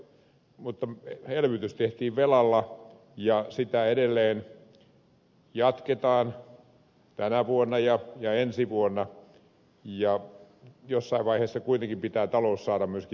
mutta elvytys tehtiin velalla ja sitä edelleen jatketaan tänä vuonna ja ensi vuonna ja jossain vaiheessa kuitenkin pitää talous saada myöskin tasapainoon